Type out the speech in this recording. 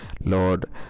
Lord